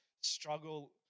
struggle